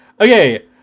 Okay